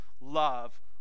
love